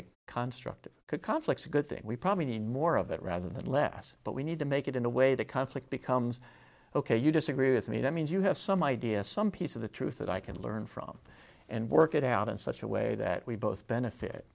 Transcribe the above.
a construct of conflicts a good thing we probably need more of it rather than less but we need to make it in a way that conflict becomes ok you disagree with me that means you have some idea some piece of the truth that i can learn from and work it out in such a way that we both benefit